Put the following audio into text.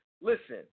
Listen